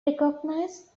recognised